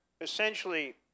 essentially